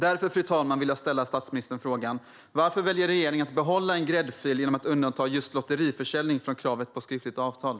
Därför, fru talman, vill jag fråga statsministern: Varför väljer regeringen att behålla en gräddfil genom att undanta just lotteriförsäljning från kravet på skriftligt avtal?